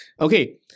okay